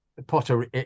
Potter